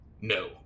No